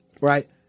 Right